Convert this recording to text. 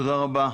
תודה רבה.